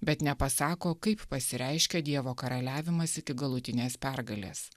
bet nepasako kaip pasireiškia dievo karaliavimas iki galutinės pergalės